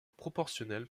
proportionnel